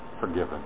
forgiven